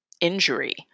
injury